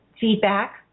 feedback